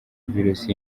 virusi